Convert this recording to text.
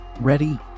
Ready